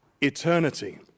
eternity